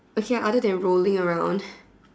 okay ah other than rolling around